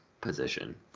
position